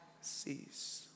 cease